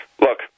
Look